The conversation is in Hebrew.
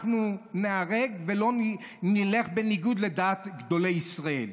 אנחנו ניהרג ולא נלך בניגוד לדעת גדולי ישראל.